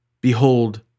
Behold